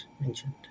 mentioned